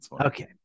Okay